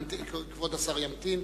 כבוד השר ימתין.